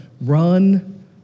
run